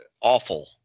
awful